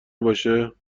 باشه